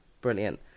brilliant